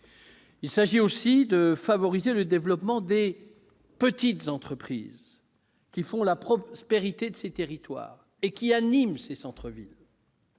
Il s'agit aussi de favoriser le développement des petites entreprises, qui font la prospérité de ces territoires et animent nos centres-villes.